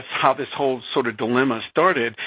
how this whole sort of dilemma started,